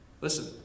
Listen